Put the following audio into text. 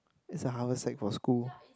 it's a haversack for school